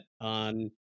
on